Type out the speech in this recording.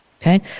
Okay